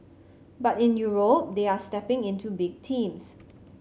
but in Europe they are stepping into big teams